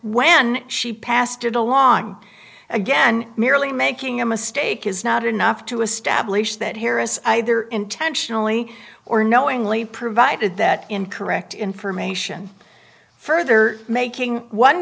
when she passed it along again merely making a mistake is not enough to establish that harris either intentionally or knowingly provided that incorrect information further making one